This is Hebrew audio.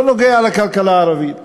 לא נוגע לכלכלה הערבית,